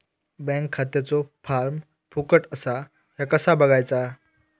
Bank खात्याचो form फुकट असा ह्या कसा बगायचा?